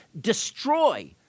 destroy